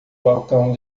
balcão